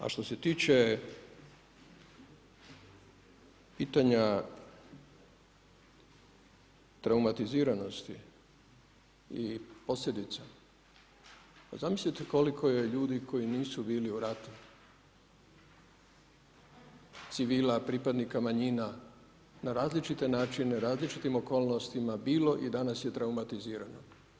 A što se tiče pitanja traumatiziranosti i posljedica, pa zamislite koliko je ljudi koji nisu bili u ratu civila, pripadnika manjina na različite načine, različitim okolnostima bilo i danas je traumatizirano.